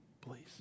please